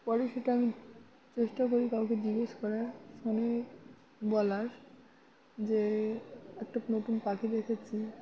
পরে সেটা আমি চেষ্টা করি কাউকে জিজ্ঞেস করার শুনে বলার যে একটা নতুন পাখি দেখেছি